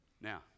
Now